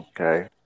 Okay